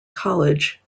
college